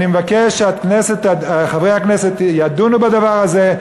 אני מבקש שחברי הכנסת ידונו בדבר הזה.